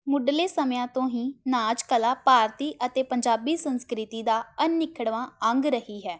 ਮੁੱਢਲੇ ਸਮਿਆਂ ਤੋਂ ਹੀ ਨਾਚ ਕਲਾ ਭਾਰਤੀ ਅਤੇ ਪੰਜਾਬੀ ਸੰਸਕ੍ਰਿਤੀ ਦਾ ਅਨਿੱਖੜਵਾਂ ਅੰਗ ਰਹੀ ਹੈ